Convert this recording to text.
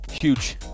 huge